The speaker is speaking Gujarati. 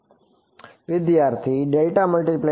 વિદ્યાર્થી